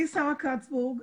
אני שרה קצבורג,